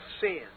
sin